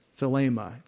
philema